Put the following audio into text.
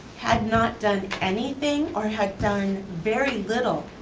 had not done anything, or had done very little